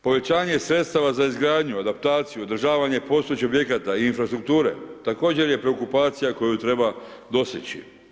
Povećanje sredstava za izgradnju, adaptaciju, održavanje postojećih objekata i infrastrukture također je preokupacija koju treba dostići.